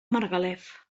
margalef